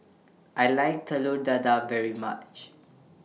I like Telur Dadah very much